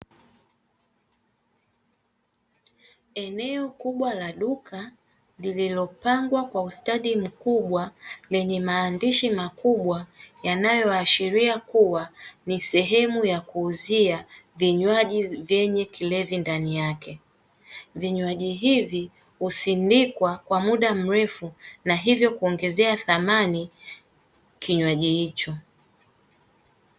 Eneo kubwa la duka lililopangwa kwa ustadi mkubwa lenye maandishi makubwa yanayoashiria kuwa ni sehemu ya kuuzia vinywaji vyenye kilevi ndani yake. Vinywaji hivi husindikwa kwa muda mrefu na hivyo kuongezea thamani kinywaji hicho.